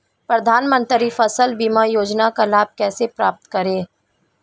प्रधानमंत्री फसल बीमा योजना का लाभ कैसे प्राप्त करें?